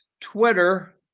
twitter